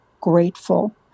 grateful